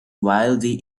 wildly